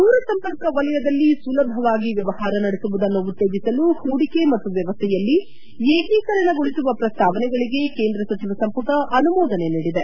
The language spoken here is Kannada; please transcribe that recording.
ದೂರಸಂಪರ್ಕ ವಲಯದಲ್ಲಿ ಸುಲಭವಾಗಿ ವ್ಯವಹಾರ ನಡೆಸುವುದನ್ನು ಉತ್ತೇಜಿಸಲು ಹೂಡಿಕೆ ಮತ್ತು ವ್ಯವಸ್ಥೆಯಲ್ಲಿ ಏಕೀಕರಣಗೊಳಿಸುವ ಪ್ರಸ್ತಾವನೆಗಳಿಗೆ ಕೇಂದ್ರ ಸಚಿವ ಸಂಪುಟ ಅನುಮೋದನೆ ನೀಡಿದೆ